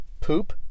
poop